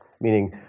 Meaning